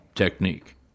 technique